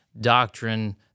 doctrine